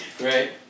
right